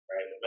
Right